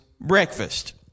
breakfast